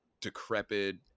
decrepit